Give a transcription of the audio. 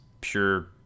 pure